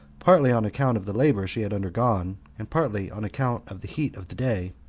partly on account of the labor she had undergone, and partly on account of the heat of the day,